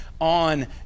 on